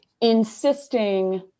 insisting